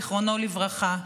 זכרו לברכה.